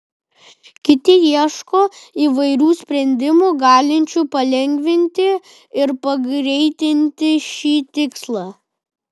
kiti ieško įvairių sprendimų galinčių palengvinti ir pagreitinti šį tikslą